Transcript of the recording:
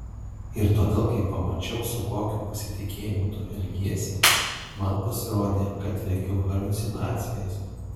ir todėl kai pamačiau su kokiu pasitikėjimu tu elgiesi man pasirodė kad regiu haliucinacijas